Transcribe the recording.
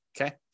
okay